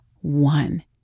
one